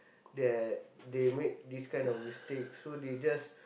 that they make this kind of mistake so they just